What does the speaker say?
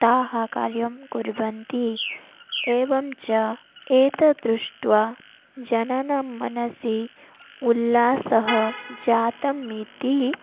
ताः कार्यं कुर्वन्ति एवं च एतद् दृष्ट्वा जनानां मनसि उल्लासः जातः इति